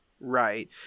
Right